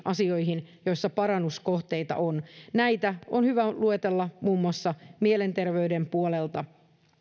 asioihin joissa parannuskohteita on näitä on hyvä luetella muun muassa mielenterveyden puolelta